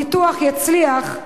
הניתוח הצליח,